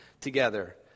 together